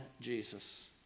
Jesus